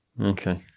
Okay